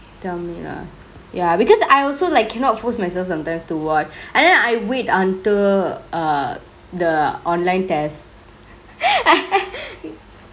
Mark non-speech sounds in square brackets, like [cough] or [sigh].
tell me lah ya because I also like cannot force myself sometimes to watch and then I wait until err the online test [laughs]